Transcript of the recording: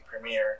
premiere